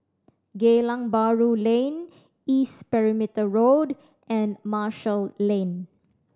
Geylang Bahru Lane East Perimeter Road and Marshall Lane